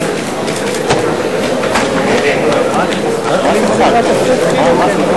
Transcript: חבר הכנסת חנא סוייד,